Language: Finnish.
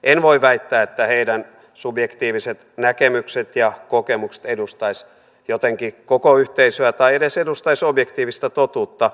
en voi väittää että heidän subjektiiviset näkemyksensä ja kokemuksensa edustaisivat jotenkin koko yhteisöä tai edustaisivat edes objektiivista totuutta